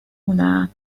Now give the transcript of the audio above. una